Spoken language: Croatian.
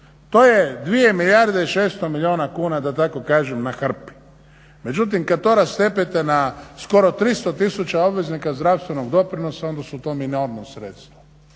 To je 2 milijarde i 600 milijuna kuna da tako kažem na hrpi, međutim kad to rastepete na skoro 300 000 obveznika zdravstvenog doprinos onda su to minorna sredstva.